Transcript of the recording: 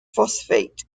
phosphate